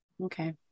Okay